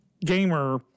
gamer